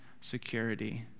security